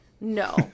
No